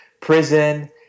prison